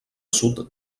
sud